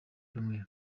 cyumweru